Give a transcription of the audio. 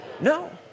No